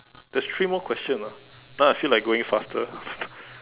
there's three more question lah now I feel like going faster